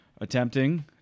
attempting